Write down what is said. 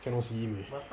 cannot see him already